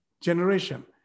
generation